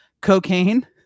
cocaine